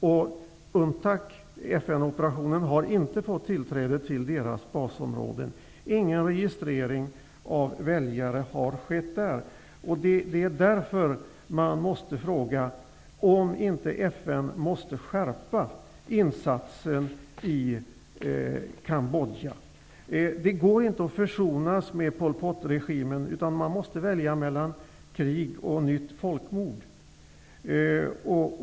FN-operationen, UNTAC, har inte fått tillträde till deras basområden, och ingen registrering av väljare har skett där. Vi måste därför fråga oss om inte FN måste skärpa insatsen i Cambodja. Det går inte att försonas med Pol Pot-regimen, utan man måste välja mellan krig och ett nytt folkmord.